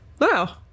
Wow